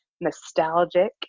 nostalgic